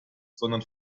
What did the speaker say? sondern